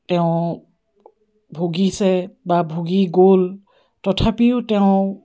তেওঁ ভুগিছে বা ভুগি গ'ল তথাপিও তেওঁ